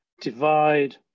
divide